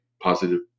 positive